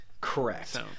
correct